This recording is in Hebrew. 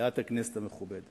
במליאת הכנסת המכובדת.